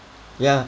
yeah